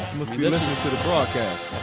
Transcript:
must be listening to the broadcast.